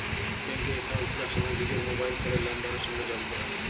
ব্যাংকে একাউল্ট খুলার সময় লিজের মবাইল ফোলের লাম্বারের সংগে যগ ক্যরা